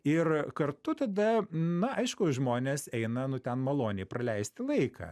ir kartu tada na aišku žmonės eina nu ten maloniai praleisti laiką